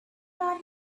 got